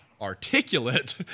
Articulate